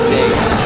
days